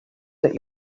that